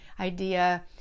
idea